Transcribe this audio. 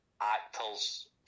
actors